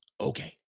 Okay